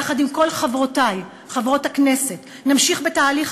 יחד עם כל חברותי חברות הכנסת נמשיך בתהליך